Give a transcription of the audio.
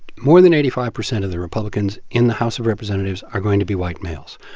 more than eighty five percent of the republicans in the house of representatives are going to be white males.